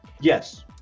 Yes